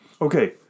Okay